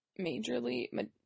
majorly